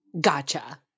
gotcha